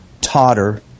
totter